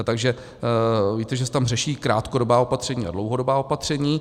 Takže víte, že se tam řeší krátkodobá opatření a dlouhodobá opatření.